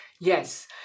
yes